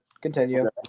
Continue